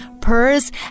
purrs